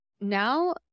now